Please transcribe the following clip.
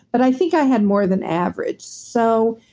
but i think i had more than average. so,